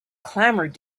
clamored